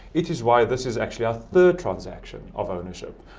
it is why this is actually our third transaction of ownership.